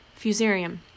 Fusarium